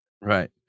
right